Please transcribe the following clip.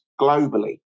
globally